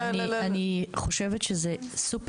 לפני כתשעה